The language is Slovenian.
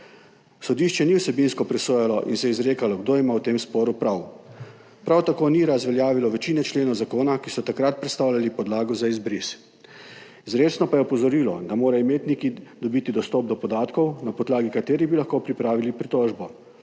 Sodišče ni vsebinsko presojalo in se izrekalo, kdo ima v tem sporu prav. Prav tako ni razveljavilo večine členov zakona, ki so takrat predstavljali podlago za izbris. Izrecno pa je opozorilo, da morajo imetniki dobiti dostop do podatkov, na podlagi katerih bi lahko pripravili pritožbo,